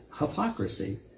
hypocrisy